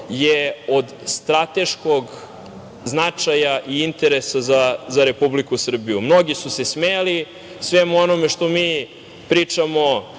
je od strateškog značaja i interesa za Republiku Srbiju. Mnogi su se smejali svemu onome što mi pričamo.